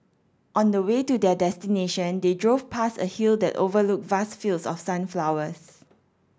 on the way to their destination they drove past a hill that overlooked vast fields of sunflowers